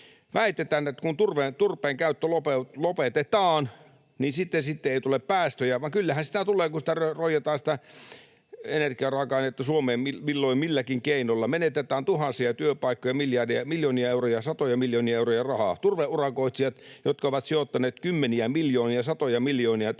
Väitetään, että kun turpeen käyttö lopetetaan, niin sitten ei tule päästöjä, vaan kyllähän niitä tulee, kun sitä energiaraaka-ainetta roijataan Suomeen milloin milläkin keinolla. Menetetään tuhansia työpaikkoja ja miljardeja, satoja miljoonia euroja rahaa. Turveurakoitsijoita, jotka ovat sijoittaneet kymmeniä miljoonia, satoja miljoonia tähän